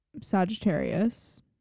sagittarius